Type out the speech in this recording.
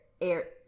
air